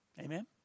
Amen